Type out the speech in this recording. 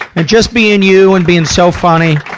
and just being you and being so funny,